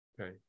Okay